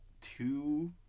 two